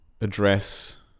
address